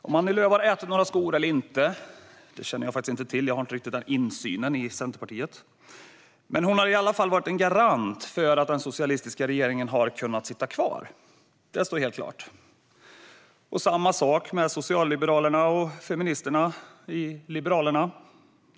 Om Annie Lööf har ätit några skor eller inte känner jag faktiskt inte till - jag har inte riktigt den insynen i Centerpartiet - men hon har i alla fall varit en garant för att den socialistiska regeringen har kunnat sitta kvar. Det står helt klart. Samma sak är det med socialliberalerna och feministerna i Liberalerna.